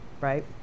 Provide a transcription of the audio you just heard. right